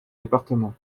départements